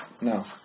No